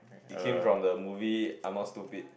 it came from the movie I'm not stupid